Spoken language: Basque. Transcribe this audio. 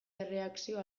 erreakzio